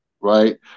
right